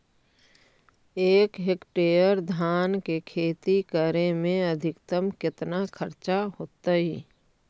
एक हेक्टेयर धान के खेती करे में अधिकतम केतना खर्चा होतइ?